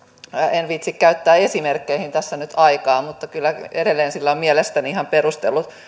en viitsi käyttää esimerkkeihin tässä nyt aikaa mutta kyllä edelleen sillä on mielestäni ihan perustellut